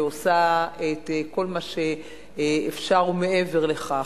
ועושה את כל מה שאפשר ומעבר לכך.